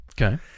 Okay